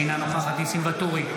אינה נוכחת ניסים ואטורי,